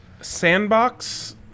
sandbox